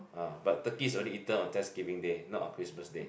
ah but turkey is only eaten on Thanksgiving day not on Christmas Day